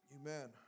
Amen